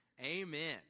amen